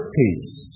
peace